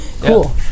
Cool